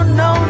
no